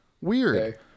Weird